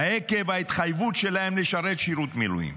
עקב ההתחייבות שלהם לשרת שירות מילואים.